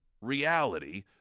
reality